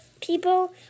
people